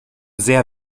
sehr